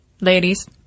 ladies